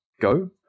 go